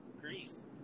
greece